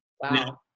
Wow